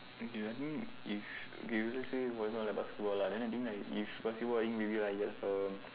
okay i think if okay let's say for example like basketball lah then the thing like if basketball then maybe yes lor